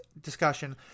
discussion